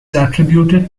attributed